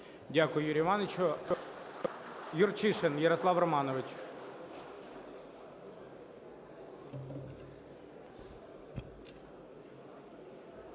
Дякую, Юрію Івановичу. Юрчишин Ярослав Романович.